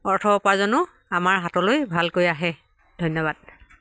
অৰ্থ উপাৰ্জনো আমাৰ হাতলৈ ভালকৈ আহে ধন্যবাদ